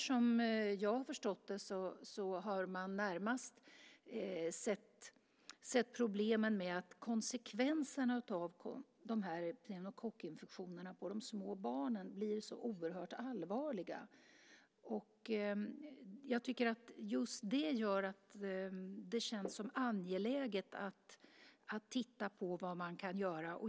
Som jag har förstått det har man där närmast sett problemen med att konsekvenserna av pneumokockinfektionerna på de små barnen blir så oerhört allvarliga. Jag tycker att just det gör att det känns angeläget att titta närmare på vad man kan göra.